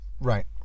Right